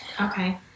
Okay